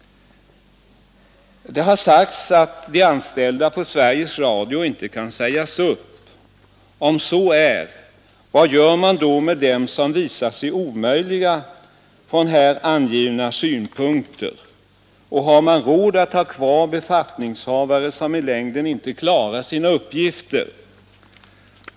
Det har sagts att de anställda på Sveriges Radio inte kan sägas upp. Om så är, vad gör man då med dem som visar sig omöjliga från här angivna synpunkter? Och har man råd att ha kvar befattningshavare, som i längden inte klarar sina uppgifter?